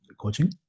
coaching